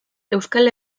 euskal